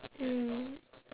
mm